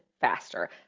faster